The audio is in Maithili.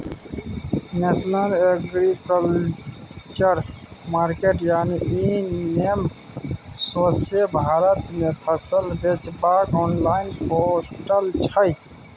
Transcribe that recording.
नेशनल एग्रीकल्चर मार्केट यानी इ नेम सौंसे भारत मे फसल बेचबाक आनलॉइन पोर्टल छै